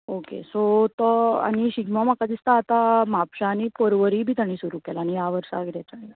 okay so तो आनी शिगमो म्हाका दिसता आतां म्हापशां आनी परवरीय बी तांणी सुरू केला न्ही ह्या वर्सा कितें तरी